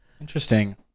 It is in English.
interesting